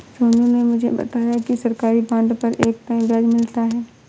सोनू ने मुझे बताया कि सरकारी बॉन्ड पर एक तय ब्याज मिलता है